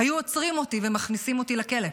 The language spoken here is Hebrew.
היו עוצרים אותי ומכניסים אותי לכלא.